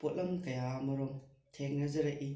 ꯄꯣꯠꯂꯝ ꯀꯌꯥ ꯑꯃꯔꯣꯝ ꯊꯦꯡꯅꯖꯔꯛꯏ